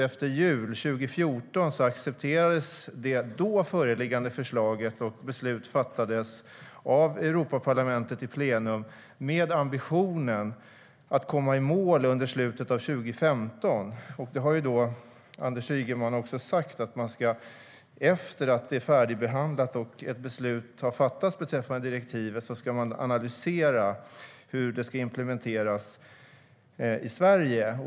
Efter julen 2014 accepterades det då föreliggande förslaget, och beslut fattades av Europaparlamentet i plenum med ambitionen att komma i mål under 2015. Anders Ygeman har sagt att efter att ärendet är färdigbehandlat och ett beslut beträffande direktivet har fattats ska regeringen analysera hur det ska implementeras i Sverige.